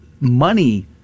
money